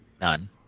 None